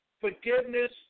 Forgiveness